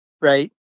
right